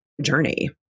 journey